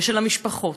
ושל משפחות,